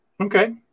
Okay